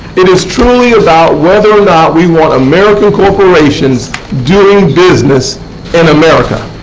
it is truly about whether or not we want american corporations doing business in america,